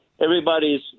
everybody's